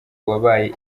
wabaye